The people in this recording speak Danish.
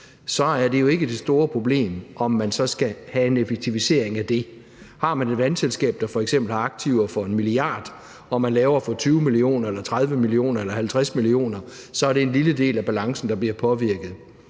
så er det jo ikke det store problem, at man så skal have en effektivisering af det. Har man et vandselskab, der f.eks. har aktiver for 1 mia. kr., og man laver for 20 mio. kr. eller 30 mio. kr. eller 50 mio. kr., så er det en lille del af balancen, der bliver påvirket.